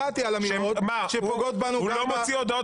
על אמירות שפוגעות בנו --- הוא לא מוציא "הודעות